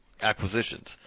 acquisitions